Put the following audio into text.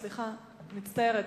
סליחה, מצטערת.